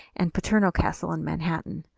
and paterno castle in manhattan.